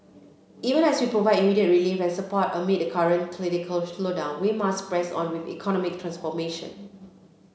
even as we provide immediate relief and support amid the current cyclical slowdown we must press on with economic transformation